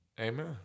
Amen